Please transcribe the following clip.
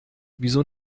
wieso